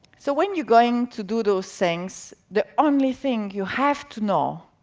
so when you're going to do those things, the only thing you have to know,